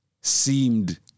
seemed